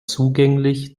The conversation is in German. zugänglich